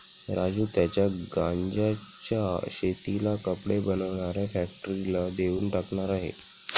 राजू त्याच्या गांज्याच्या शेतीला कपडे बनवणाऱ्या फॅक्टरीला देऊन टाकणार आहे